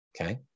Okay